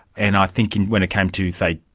and i think and when it came to, say,